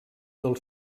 del